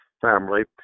family